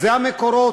אלה המקורות,